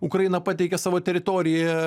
ukraina pateikia savo teritoriją